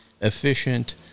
efficient